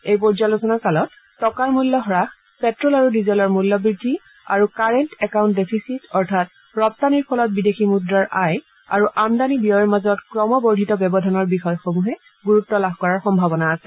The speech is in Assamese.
এই পৰ্যালোচনাত টকাৰ মূল্য হাস পেট্ল আৰু ডিজেলৰ মূল্যবৃদ্ধি আৰু কাৰেণ্ট একাউণ্ট ডেফিচিট অৰ্থাৎ ৰপ্তানিৰ ফলত বিদেশী মুদ্ৰাৰ আয় আৰু আমদানি ব্যয়ৰ মাজত ক্ৰমবৰ্ধিত ব্যৱধানৰ বিষয়সমূহে গুৰুত্ব লাভ কৰাৰ সম্ভাৱনা আছে